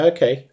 Okay